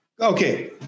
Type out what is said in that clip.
Okay